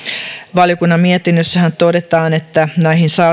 valiokunnan mietinnössähän todetaan että näihin